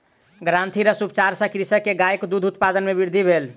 ग्रंथिरस उपचार सॅ कृषक के गायक दूध उत्पादन मे वृद्धि भेल